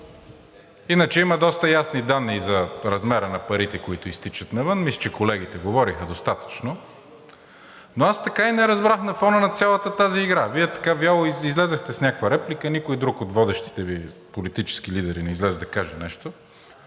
Иначе има доста ясни данни за размера на парите, които изтичат навън – мисля, че колегите говориха достатъчно. Но аз така и не разбрах на фона на цялата тази игра – Вие така вяло излязохте с някаква реплика, никой друг от водещите Ви политически лидери не излезе да каже нещо